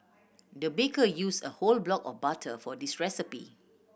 the baker used a whole block of butter for this recipe